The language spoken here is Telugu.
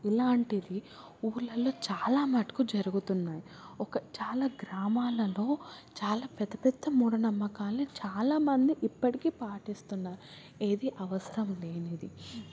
ఇలాంటివి ఊర్లలో చాలా మటుకు జరుగుతున్నాయి ఒక చాలా గ్రామాలలో చాలా పెద్ద పెద్ద మూఢ నమ్మకాలని చాలామంది ఇప్పటికీ పాటిస్తున్నారు ఏది అవసరం లేనిది